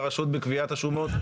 לרשות בקביעת השומות?